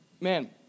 man